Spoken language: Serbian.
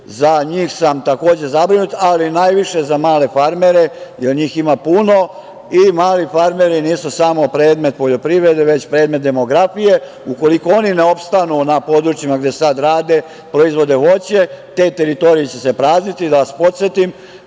za njih sam takođe zabrinut, ali najviše za male farmere, jer njih ima puno i mali farmeri nisu samo predmet poljoprivrede, već predmet demografije. Ukoliko oni ne opstanu na područjima gde sad rade, proizvode voće, te teritorije će se prazniti. Da vas podsetim